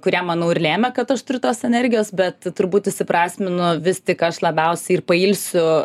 kurie manau ir lėmė kad aš turiu tos energijos bet turbūt įsiprasminu vis tik aš labiausiai ir pailsiu